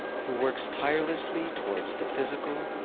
who works tirelessly towards the physical,